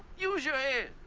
use your head.